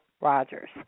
Rogers